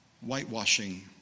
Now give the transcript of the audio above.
Whitewashing